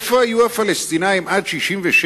איפה היו הפלסטינים עד 1967,